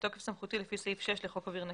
בתוקף סמכותי לפי סעיף 6 לחוק אוויר נקי,